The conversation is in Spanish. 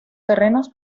terrenos